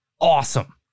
awesome